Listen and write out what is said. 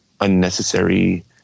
unnecessary